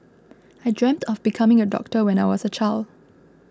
I dreamt of becoming a doctor when I was a child